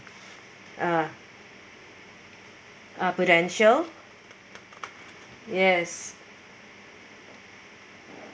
uh uh potential yes